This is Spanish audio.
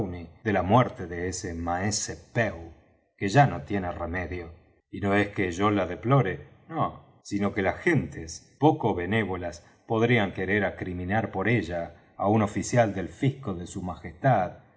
de la muerte de ese maese pew que ya no tiene remedio y no es que yo la deplore nó sino que las gentes poco benévolas podrían querer acriminar por ella á un oficial del fisco de su majestad